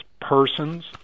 persons